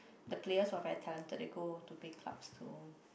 the players who are very talented they go to big clubs to